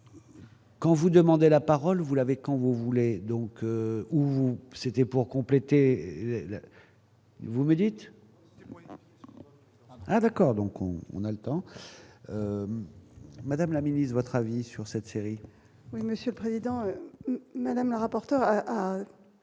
Quand vous demandez la parole, vous l'avez quand vous voulez donc où vous c'était pour compléter. Vous me dites. Ravachol, donc on on a le temps, madame la Ministre votre avis sur cette série. Oui, monsieur le président, Mesdames rapportera a